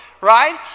right